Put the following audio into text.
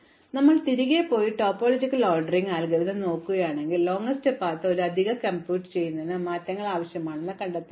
അതിനാൽ നിങ്ങൾ തിരികെ പോയി ടോപ്പോളജിക്കൽ ഓർഡറിംഗ് അൽഗോരിതം നോക്കുകയാണെങ്കിൽ ദൈർഘ്യമേറിയ പാത്ത് ഒരു അധിക കമ്പ്യൂട്ട് ചെയ്യുന്നതിന് സമാന മാറ്റങ്ങൾ ആവശ്യമാണെന്ന് നിങ്ങൾ കണ്ടെത്തും